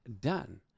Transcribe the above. done